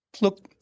Look